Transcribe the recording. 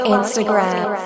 Instagram